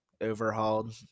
overhauled